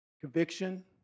conviction